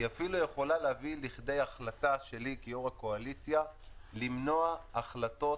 היא אפילו יכולה להביא לכדי החלטה שלי כיו"ר הקואליציה למנוע החלטות